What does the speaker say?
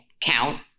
count